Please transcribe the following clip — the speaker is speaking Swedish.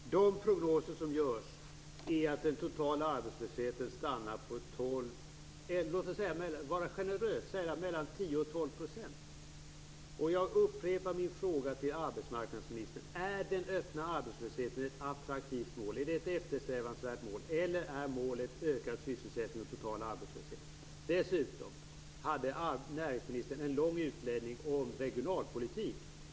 Fru talman! De prognoser som görs visar - och låt oss vara generösa - att den totala arbetslösheten stannar på mellan tio och tolv procent. Jag upprepar min fråga till arbetsmarknadsministern: Är det här med den öppna arbetslösheten ett attraktivt mål? Är det ett eftersträvansvärt mål? Eller är målet ökad sysselsättning och total arbetslöshet? Dessutom hade näringsministern en lång utläggning om regionalpolitik.